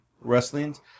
wrestlings